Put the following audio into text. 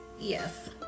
Yes